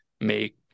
make